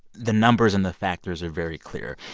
the numbers and the factors are very clear.